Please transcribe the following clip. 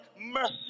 mercy